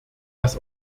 das